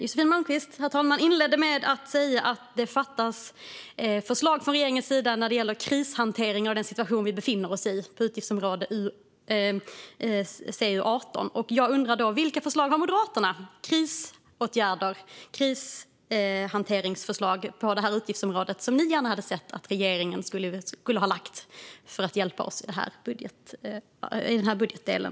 Josefin Malmqvist inledde med att säga att det fattas förslag från regeringens sida när det gäller krishantering i den situation vi befinner oss i - det handlar alltså om utgiftsområde 18. Jag undrar då: Vilka förslag har Moderaterna när det gäller krisåtgärder och krishantering för att hjälpa oss i den här budgetdelen?